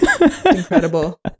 Incredible